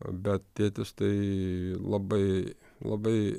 bet tėtis tai labai labai